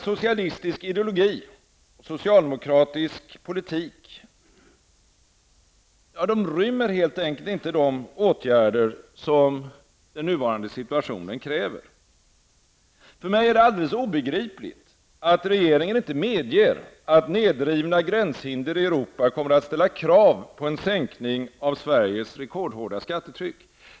Socialistisk ideologi och socialdemokratisk politik rymmer helt enkelt inte de åtgärder som den nuvarande situationen kräver. För mig är det alldeles obegripligt att regeringen inte medger att nedrivna gränshinder i Europa kommer att ställa krav på en sänkning av Sveriges rekordhårda skattetryck.